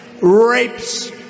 rapes